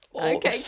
okay